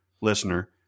listener